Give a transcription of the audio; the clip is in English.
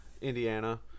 Indiana